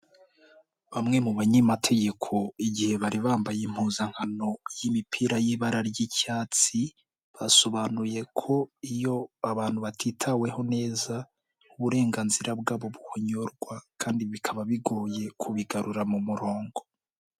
Bamwe mu banyemategeko igihe bari bambaye impuzankano y'imipira y'ibara ry'icyatsi, basobanuye ko iyo abantu batitaweho neza uburenganzira bwabo buhonyorwa, kandi bikaba bigoye kubigarura mu murongo.